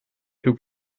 who